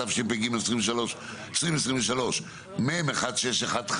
התשפ"ג-2023 מ/1615,